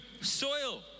soil